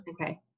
Okay